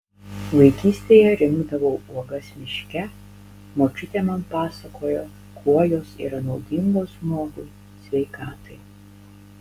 vaikystėje rinkdavau uogas miške močiutė man pasakojo kuo jos yra naudingos žmogui sveikatai